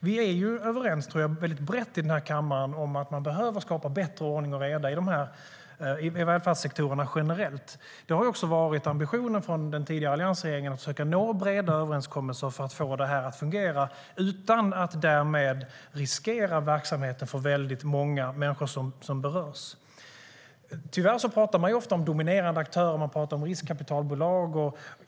Vi är överens brett i kammaren om att vi behöver skapa bättre ordning och reda i välfärdssektorerna generellt. Det har också varit ambitionen från den tidigare alliansregeringen att försöka nå breda överenskommelser för att få verksamheten att fungera utan att riskera verksamheten för många människor som berörs. Tyvärr pratar man ofta om dominerande aktörer, till exempel riskkapitalbolag.